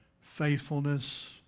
faithfulness